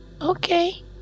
Okay